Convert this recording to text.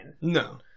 No